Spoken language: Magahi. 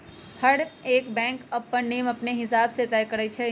हरएक बैंक अप्पन नियम अपने हिसाब से तय करई छई